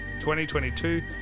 2022